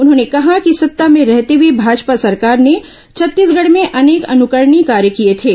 उन्होंने कहा कि सत्ता में रहते हुए भाजपा सरकार ने छत्तीसगढ़ में अनेक अनुकरणीय कार्य किए थे